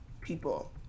people